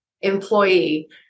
employee